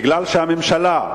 כי הממשלה,